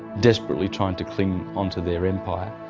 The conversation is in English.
desperately trying to cling on to their empire,